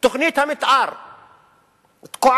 תוכנית המיתאר תקועה,